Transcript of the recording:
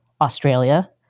Australia